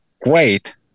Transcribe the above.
great